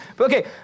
Okay